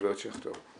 גברת שכטר.